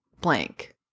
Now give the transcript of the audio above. blank